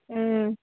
ಹ್ಞೂ